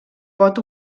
pot